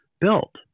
built